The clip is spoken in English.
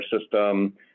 system